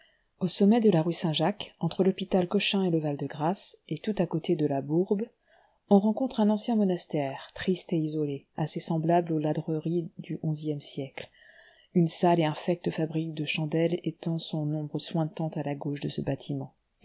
au sommet de la rue saint-jacques entre l'hôpital cochin et le val-de-grâce et tout à côté de la bourbe on rencontre un ancien monastère triste et isolé assez semblable aux ladreries du onzième siècle une sale et infecte fabrique de chandelles étend son ombre suintante à la gauche de ce bâtiment